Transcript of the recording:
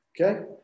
Okay